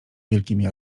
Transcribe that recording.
wielkimi